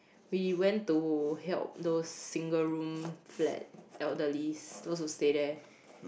we went to help those single room flat elderlies those who stay there